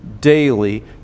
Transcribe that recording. daily